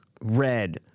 red